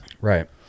Right